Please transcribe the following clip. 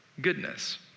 goodness